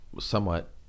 somewhat